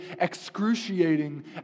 excruciating